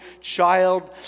child